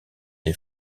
des